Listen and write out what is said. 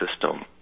system